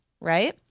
right